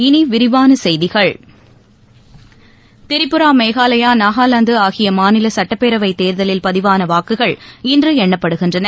இனி விரிவான செய்திகள் திரிபுரா மேகாலயா நாகாலாந்து ஆகிய மாநில சட்டப்பேரவைத் தேர்தலில் பதிவான வாக்குகள் இன்று எண்ணப்படுகின்றன